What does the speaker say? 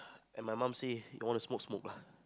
and my mum say you wanna smoke smoke lah